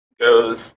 goes